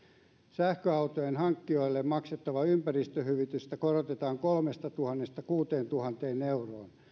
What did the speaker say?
sähköauton hankkijoille maksettavaa ympäristöhyvitystä korotetaan kolmestatuhannesta kuuteentuhanteen euroon